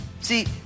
See